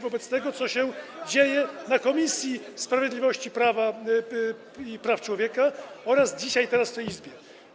wobec tego, co się dzieje w Komisji Sprawiedliwości i Praw Człowieka oraz dzisiaj, teraz, w tej Izbie.